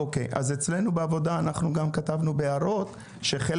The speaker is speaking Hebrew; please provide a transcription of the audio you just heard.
אנחנו כתבנו בהערות שאתם תציגו בוועדה הגדולה,